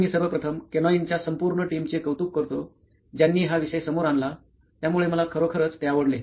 तर मी सर्वप्रथम केनोइनच्या संपूर्ण टीमचे कौतूक करतो ज्यांनी हा विषय समोर आणला त्यामुळे मला खरोखरच ते आवडले